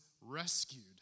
rescued